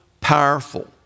powerful